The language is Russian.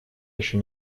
ещё